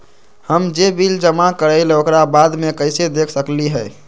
हम जे बिल जमा करईले ओकरा बाद में कैसे देख सकलि ह?